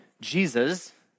Jesus